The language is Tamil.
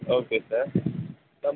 ஓகே சார் நம்